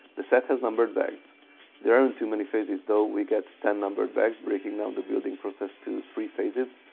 the set has numbered bags there aren't too many phases though, we get ten numbered bags breaking down the building process to three phases.